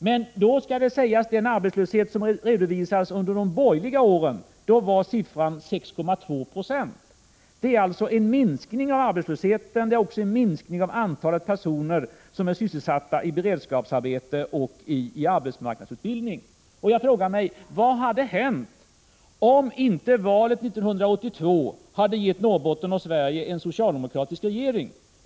Men det skall då sägas att den siffra för arbetslösheten som redovisades under de borgerliga åren var 6,2 Zo. Det har alltså skett en minskning av arbetslösheten och också en minskning av antalet personer sysselsatta i beredskapsarbete och arbetsmarknadsutbildning. Jag frågar mig vad som hade hänt om inte valet 1982 hade givit Norrbotten och Sverige en socialdemokratisk regering.